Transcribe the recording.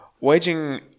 Waging